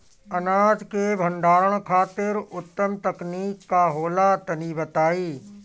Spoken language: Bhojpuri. अनाज के भंडारण खातिर उत्तम तकनीक का होला तनी बताई?